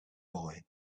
boy